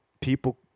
people